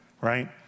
Right